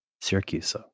Syracuse